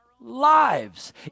Lives